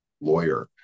lawyer